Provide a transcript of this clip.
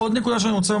פוליטיס,